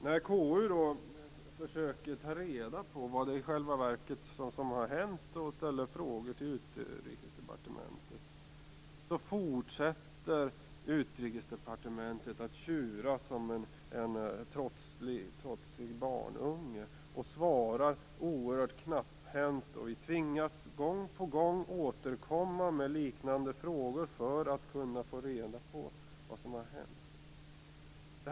När KU försöker ta reda på vad som i själva verket har hänt och ställer frågor till Utrikesdepartementet, fortsätter Utrikesdepartementet att tjura som en trotsig barnunge och svarar knapphänt. Vi tvingas gång på gång återkomma med liknande frågor för att kunna få reda på vad som har hänt.